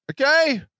Okay